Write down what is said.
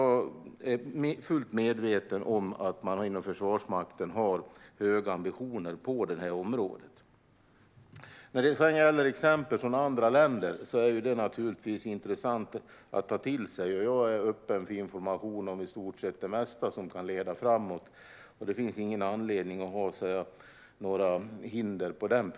Försvarsmakten har höga ambitioner på det området. När det gäller exempel från andra länder är det intressant att ta till sig. Jag är öppen för information om i stort sett det mesta som kan leda framåt. Det finns ingen anledning att ha några hinder för det.